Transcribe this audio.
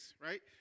right